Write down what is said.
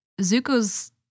Zuko's